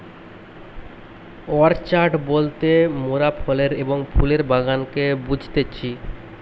orchard বলতে মোরাফলের এবং ফুলের বাগানকে বুঝতেছি